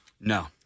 No